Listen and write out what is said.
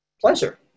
pleasure